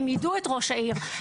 הם יידעו את ראש העיר,